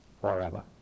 forever